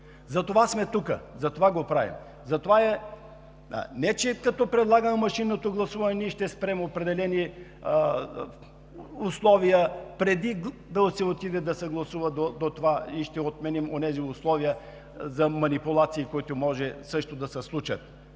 Затова сме тук. Затова го правим. Не че като предлагаме машинното гласуване, ние ще спрем определени условия, преди да се отиде да се гласува, и ще отменим онези условия за манипулации, които може също да се случат.